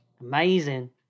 Amazing